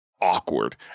awkward